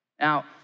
Now